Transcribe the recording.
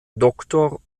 doctor